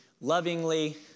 lovingly